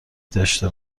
داشته